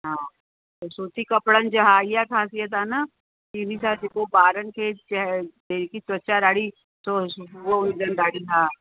हा सूती कपिड़नि जा इहा ख़ासियत आहे न इन्ही सां जेको ॿारनि खे जेकी त्वचा ॾाढी हूअ हूंदी ॾाढी हा